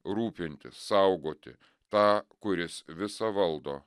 rūpintis saugoti tą kuris visa valdo